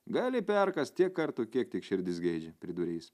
gali perkąst tiek kartų kiek tik širdis geidžia pridurė jis